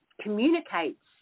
communicates